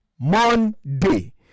Monday